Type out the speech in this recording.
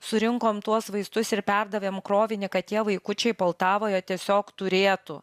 surinkom tuos vaistus ir perdavėm krovinį kad tie vaikučiai poltavoje tiesiog turėtų